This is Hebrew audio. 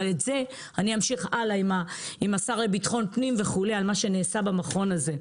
אבל את זה אמשיך הלאה עם השר לביטחון פנים על מה שנעשה במכון הזה,